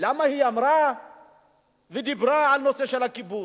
כי היא אמרה ודיברה על הנושא של הכיבוש.